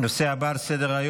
19 בעד,